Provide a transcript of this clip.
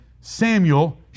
Samuel